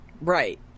Right